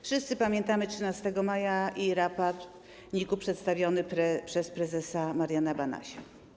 Wszyscy pamiętamy 13 maja i raport NIK-u przedstawiony przez prezesa Mariana Banasia.